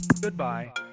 Goodbye